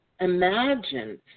imagine